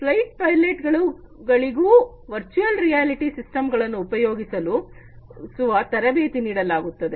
flight pilot ಗಳಿಗೂ virtual reality system ಗಳನ್ನು ಉಪಯೋಗಿಸುವ ತರಬೇತಿ ನೀಡಲಾಗುತ್ತದೆ